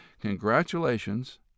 congratulations